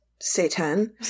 Satan